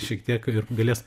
šiek tiek ir galės